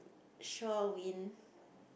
show a win